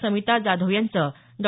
समिता जाधव यांचं डॉ